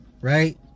Right